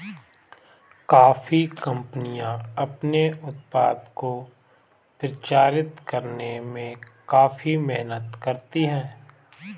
coffee कंपनियां अपने उत्पाद को प्रचारित करने में काफी मेहनत करती हैं